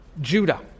Judah